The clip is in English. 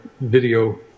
video